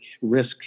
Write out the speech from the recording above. risk